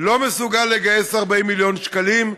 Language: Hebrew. לא מסוגל לגייס 40 מיליון שקלים.